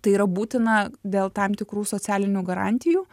tai yra būtina dėl tam tikrų socialinių garantijų